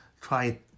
Try